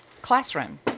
classroom